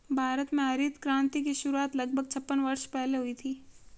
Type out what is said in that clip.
भारत में हरित क्रांति की शुरुआत लगभग छप्पन वर्ष पहले हुई थी